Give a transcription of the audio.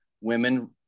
women